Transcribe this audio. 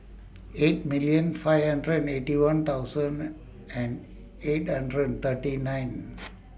eight million five hundred and Eighty One thousand and eight hundred thirty ninth